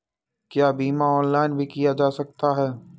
क्या बीमा ऑनलाइन भी किया जा सकता है?